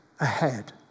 ahead